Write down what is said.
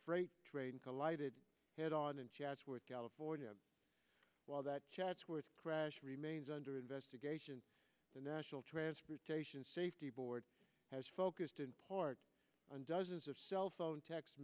freight train collided head on in chatsworth california while that chatsworth crash remains under investigation the national transportation safety board has focused in part on dozens of cell phone text